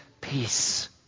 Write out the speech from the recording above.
peace